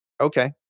Okay